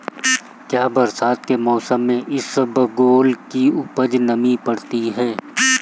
क्या बरसात के मौसम में इसबगोल की उपज नमी पकड़ती है?